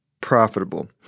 profitable